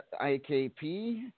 IKP